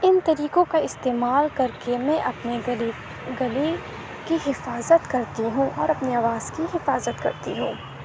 ان طریقوں کا استعمال کر کے میں اپنے گلے گلے کی حفاظت کرتی ہوں اور اپنی آواز کی حفاظت کرتی ہوں